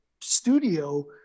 studio